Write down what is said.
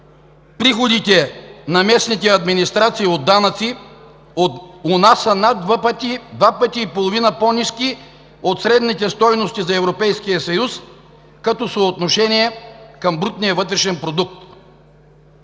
Приходите на местните администрации от данъци у нас са над два пъти и половина по-ниски от средните стойности за Европейския съюз като съотношение към брутния вътрешен продукт.